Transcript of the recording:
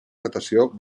natació